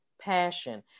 passion